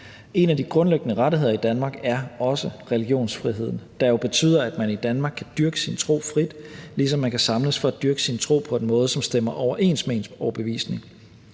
En af de grundlæggende rettigheder i Danmark er også religionsfriheden, der jo betyder, at man i Danmark kan dyrke sin tro frit, ligesom man kan samles for at dyrke sin tro på en måde, som stemmer overens med ens overbevisning.